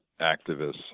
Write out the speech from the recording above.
activists